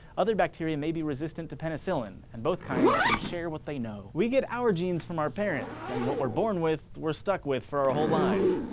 other bacteria may be resistant to penicillin and both kinds can share what they know we get our genes from our parents and what we're born with we're stuck with our whole lives.